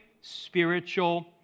spiritual